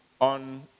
on